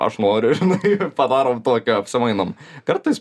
aš noriu žinai padarom tokį apsimainom kartais